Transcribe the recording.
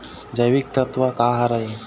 जैविकतत्व का हर ए?